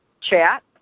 chat